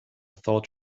thought